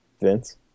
Vince